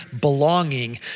belonging